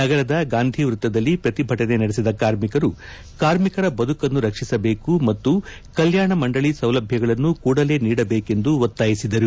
ನಗರದ ಗಾಂಧೀವೃತ್ತದಲ್ಲಿ ಪ್ರತಿಭಟನೆ ನಡೆಸಿದ ಕಾರ್ಮಿಕರು ಕಾರ್ಮಿಕರ ಬದುಕನ್ನು ರಕ್ಷಿಸಬೇಕು ಮತ್ತು ಕಲ್ಯಾಣ ಮಂಡಳಿ ಸೌಲಭ್ಯಗಳನ್ನು ಕೂಡಲೇ ನೀಡಬೇಕೆಂದು ಒತ್ತಾಯಿಸಿದರು